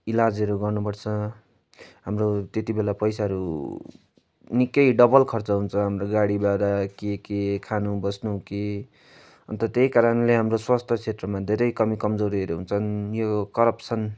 इलाजहरू गर्नुपर्छ हाम्रो त्यति बेला पैसाहरू निकै डबल खर्च हुन्छ हाम्रो गाडी भाडा के के खानु बस्नु के अन्त त्यही कारणले हाम्रो स्वास्थ्य क्षेत्रमा धेरै कमी कमजोरीहरू हुन्छन् यो करप्सन